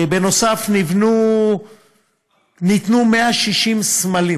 בנוסף ניתנו 160 סמלים